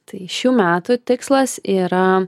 tai šių metų tikslas yra